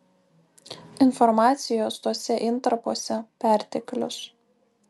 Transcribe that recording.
informacijos tuose intarpuose perteklius